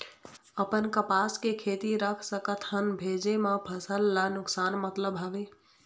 अपन कपास के खेती रख सकत हन भेजे मा फसल ला नुकसान मतलब हावे?